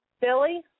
Billy